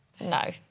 No